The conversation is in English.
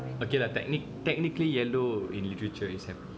ok lah technic~ technically yellow in literature is happy